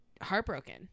heartbroken